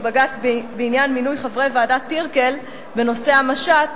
בבג"ץ בעניין מינוי חברי ועדת-טירקל בנושא המשט,